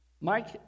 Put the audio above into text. Mike